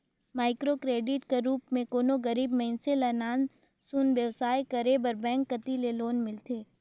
micro credit कर रूप में कोनो गरीब मइनसे ल नान सुन बेवसाय करे बर बेंक कती ले लोन मिलथे